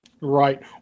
Right